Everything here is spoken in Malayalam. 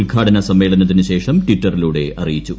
ഉദ്ഘാടന സമ്മേളനത്തിനു ശേഷം ട്വിറ്ററിലൂടെ അറിയിച്ചു